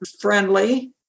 friendly